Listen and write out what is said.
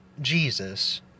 Jesus